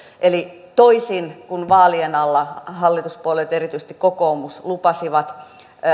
eli toisin kuin vaalien alla hallituspuolueet ja erityisesti kokoomus lupasivat